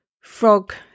frog